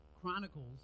Chronicles